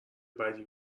بدی